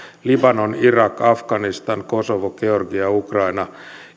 libanon irak afganistan kosovo georgia ja ukraina